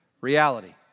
reality